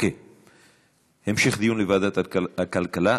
המשך דיון בוועדת הכלכלה.